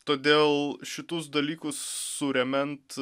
todėl šituos dalykus suremiant